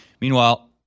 meanwhile